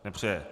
Nepřeje.